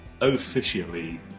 officially